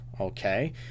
okay